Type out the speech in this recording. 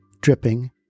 dripping